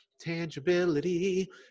Tangibility